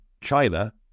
China